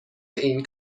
این